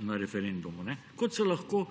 na referendumu. Kot se lahko